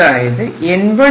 അതായത് N1